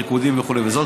ריקודים וכו'; זאת,